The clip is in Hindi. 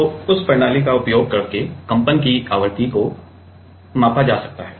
तो उस प्रणाली का उपयोग करके कंपन की आवृत्ति को मापा जा सकता है